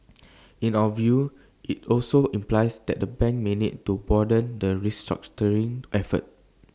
in our view IT also implies that the bank may need to broaden the restructuring effort